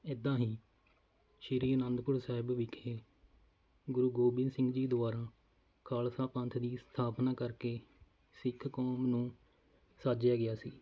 ਇੱਦਾਂ ਹੀ ਸ਼੍ਰੀ ਅਨੰਦਪੁਰ ਸਾਹਿਬ ਵਿਖੇ ਗੁਰੂ ਗੋਬਿੰਦ ਸਿੰਘ ਜੀ ਦੁਆਰਾ ਖਾਲਸਾ ਪੰਥ ਦੀ ਸਥਾਪਨਾ ਕਰਕੇ ਸਿੱਖ ਕੌਮ ਨੂੰ ਸਾਜਿਆ ਗਿਆ ਸੀ